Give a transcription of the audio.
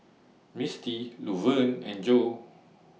Misti Luverne and Joe